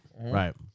right